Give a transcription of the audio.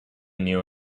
new